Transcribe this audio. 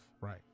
Right